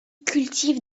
cultive